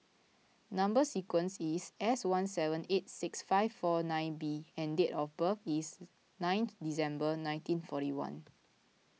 Number Sequence is S one seven eight six five four nine B and date of birth is ninth December nineteen forty one